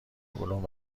علوم